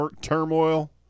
turmoil